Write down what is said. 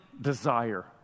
desire